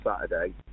Saturday